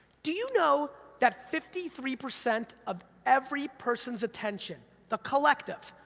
do you know that fifty three percent of every person's attention, the collective,